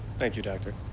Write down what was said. thank you, doctor.